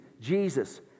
Jesus